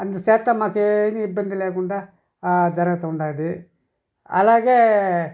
అట్ల చేస్తాం మాకేదీ ఇబ్బంది లేకుండా జరగతూవున్నది అలాగే